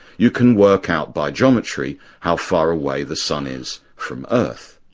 you can work out by geometry how far away the sun is from earth.